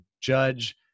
judge